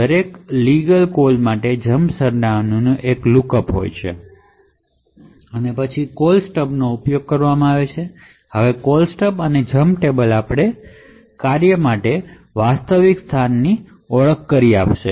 દરેક legal call માટે jump સરનામાંમાં એક લુકઅપ હોય છે અને પછી કોલસ્ટબનો ઉપયોગ કરવામાં આવે છે હવે કોલસ્ટબ અને આ જમ્પ ટેબલથી આપણે ડેસ્ટિનેસન ફંકશન માટેના વાસ્તવિક સ્થાનની ઓળખ કરી કરીશું